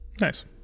nice